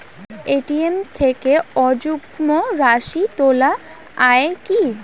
ATM থেকে অযুগ্ম রাশি তোলা য়ায় কি?